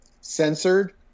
censored